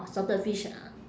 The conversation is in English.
salted fish ah